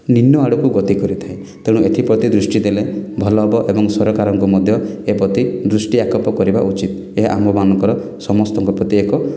ନିମ୍ନ ଆଡ଼କୁ ଗତି କରିଥାଏ ତେଣୁ ଏଥିପ୍ରତି ଦୃଷ୍ଟି ଦେଲେ ଭଲ ହେବ ଏବଂ ସରକାରଙ୍କୁ ମଧ୍ୟ ଏପ୍ରତି ଦୃଷ୍ଟି ଆକ୍ଷେପ କରିବା ଉଚିତ୍ ଏହା ଆମମାନଙ୍କର ସମସ୍ତଙ୍କ ପ୍ରତି ଏକ